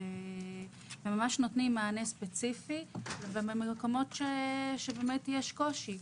והם ממש נותנים מענה ספציפי במקומות שבהם באמת יש קושי.